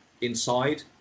inside